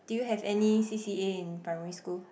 did you have any C_C_A in primary school